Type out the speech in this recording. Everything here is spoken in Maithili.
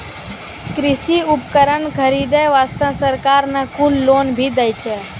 कृषि उपकरण खरीदै वास्तॅ सरकार न कुल लोन भी दै छै